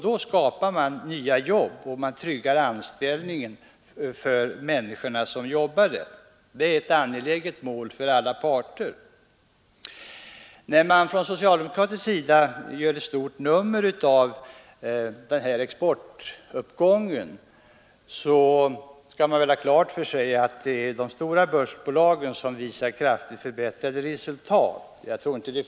Då skapas nya jobb och tryggas anställningen för de människor som jobbar där. Det är ett angeläget mål för alla parter. När socialdemokraterna gör ett stort nummer av exportuppgången skall de ha klart för sig att det är de stora börsbolagen som visar kraftigt förbättrade resultat.